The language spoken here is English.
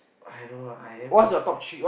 I don't know I damn